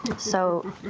so.